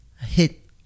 hit